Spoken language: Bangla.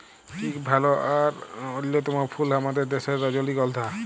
ইক ভাল আর অল্যতম ফুল আমাদের দ্যাশের রজলিগল্ধা